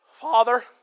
Father